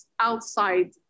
outside